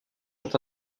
sont